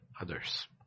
others